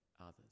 others